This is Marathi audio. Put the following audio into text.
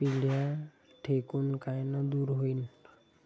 पिढ्या ढेकूण कायनं दूर होईन?